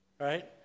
Right